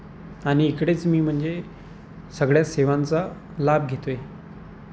आणि इकडेच मी म्हणजे सगळ्या सेवांचा लाभ घेतो आहे